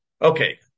okay